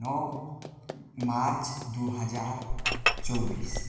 नओ मार्च दुइ हजार चौबिस